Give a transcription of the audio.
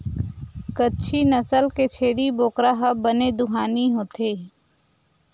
कच्छी नसल के छेरी बोकरा ह बने दुहानी होथे